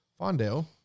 fondale